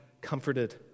comforted